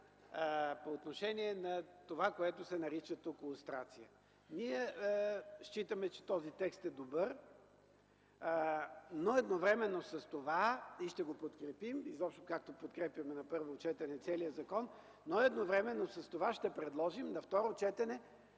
по отношение на това, което тук се нарича лустрация. Ние считаме, че този текст е добър и ще го подкрепим, както подкрепяме на първо четене целия закон, но едновременно с това ще предложим на второ четене